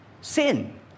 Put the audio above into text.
sin